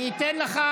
אני אתן לך,